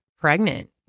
pregnant